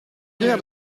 fiers